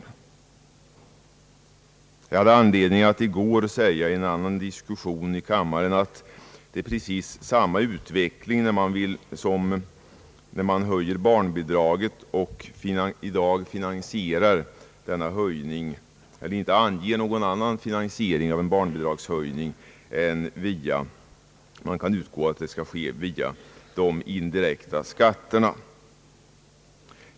Jag hade anledning att i går i en annan diskussion i kammaren säga, att det är precis samma utveckling som när barnbidraget höjs och man utgår från att fininsieringen skall ske via de indirekta skatterna.